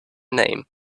name